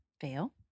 Fail